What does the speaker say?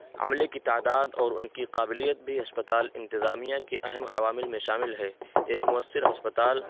عملے کی تعداد اور ان کی قابلیت بھی ہسپتال انتظامیہ کے اہم عوامل میں شامل ہے ایک مؤثر ہسپتال